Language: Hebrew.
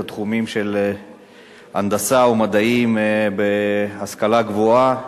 התחומים של הנדסה ומדעים בהשכלה הגבוהה,